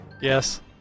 Yes